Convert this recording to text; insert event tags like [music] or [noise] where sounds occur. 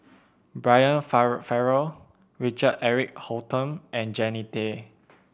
Brian [unintelligible] Farrell Richard Eric Holttum and Jannie Tay